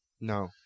No